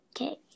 Okay